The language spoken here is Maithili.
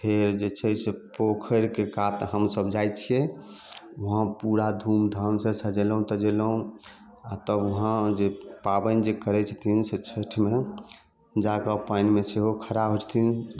फेर जे छै से पोखरिके कात हमसब जाइत छियै वहाँ पूरा धूमधाम से सजेलहुँ तजेलहुँ आ तब हुआँ जे पाबनि जे करैत छथिन से छठिमे जाके पानिमे सहए खड़ा होइत छथिन